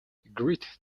great